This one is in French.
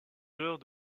alors